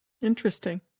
Interesting